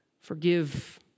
forgive